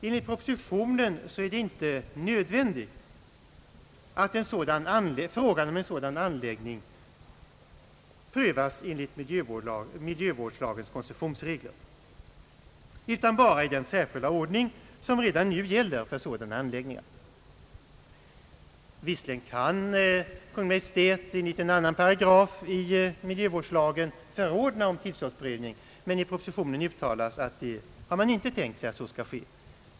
Enligt propositionen är det inte nödvändigt att frågan om sådan anläggning prövas enligt miljövårdslagens koncessionsregler utan bara i den särskilda ordning som redan nu gäller för sådana anläggningar. Visserligen kan Kungl. Maj:t enligt en annan paragraf i miljövårdslagen förordna om tillståndsprövning, men i propositionen uttalas att man inte tänkt sig att så skall ske.